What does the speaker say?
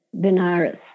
benares